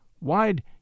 wide